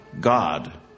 God